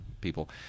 people